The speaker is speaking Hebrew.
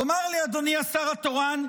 תאמר לי, אדוני השר התורן,